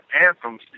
anthems